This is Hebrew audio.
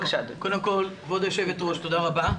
קודם כל כבוד היו"ר תודה רבה,